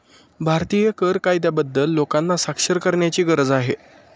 भारतीय कर कायद्याबद्दल लोकांना साक्षर करण्याची गरज आहे